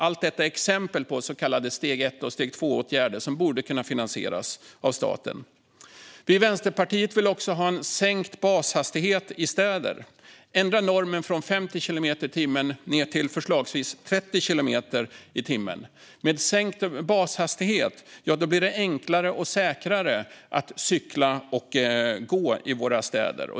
Allt detta är exempel på så kallade steg 1 och steg 2-åtgärder som borde kunna finansieras av staten. Vi i Vänsterpartiet vill också ha en sänkt bashastighet i städer. Ändra normen från 50 kilometer i timmen ned till förslagsvis 30 kilometer i timmen. Med sänkt bashastighet blir det enklare och säkrare att cykla och gå i våra städer.